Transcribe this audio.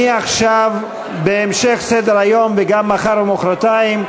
מעכשיו בהמשך סדר-היום וגם מחר ומחרתיים,